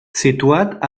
situat